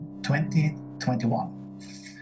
2021